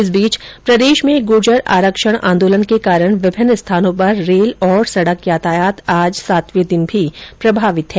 इस बीच प्रदेश में गुर्जर आरक्षण आंदोलन के कारण विभिन्न स्थानों पर रेल और सड़क यातायात आज सातवें दिन भी प्रभावित है